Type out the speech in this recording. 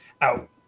out